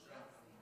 בושה,